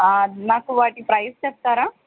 నాకు వాటి ప్రైస్ చెప్తారా